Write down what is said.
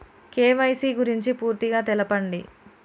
KYC గురించి పూర్తిగా తెలపండి?